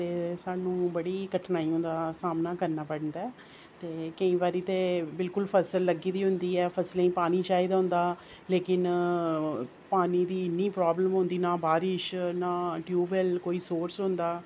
ते स्हानू बड़ी कठनाइयें दा सामना करना पौंदा ऐ ते केईं बारी ते बिल्कुल फसल लग्गी दी होंदी ऐते फसलें ई पानी चाहिदा होंदा लेकिन पानी दी इन्नी प्राब्लम होंदी ना बारिश ना ट्यूबवैल्ल कोई सोर्स होंदा